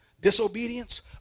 Disobedience